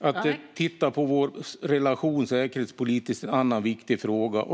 och att titta på vår relation säkerhetspolitiskt är en annan viktig fråga.